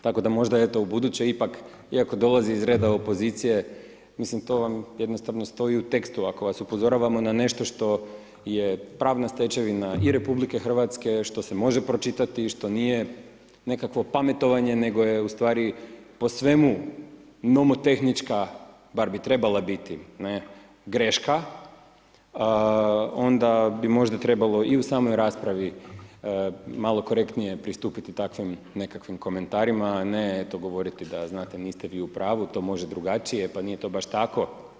Tako da možda ubuduće ipak iako dolazi iz reda opozicije, mislim to vam jednostavno stoji u tekstu ako vas upozoravamo na nešto što je pravna stečevina i RH što se može pročitati što nije nekakvo pametovanje nego je u stvari po svemu nomotehnička bar bi trebala biti greška onda bi možda trebalo i u samoj raspravi malo konkretnije pristupiti takvim nekakvim komentarima, a ne eto govoriti da znate niste vi u pravu to može drugačije pa nije to baš tako.